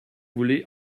voulez